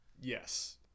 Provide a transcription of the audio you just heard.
Yes